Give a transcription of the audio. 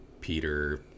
peter